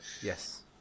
Yes